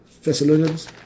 Thessalonians